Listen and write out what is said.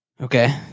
Okay